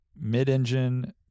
mid-engine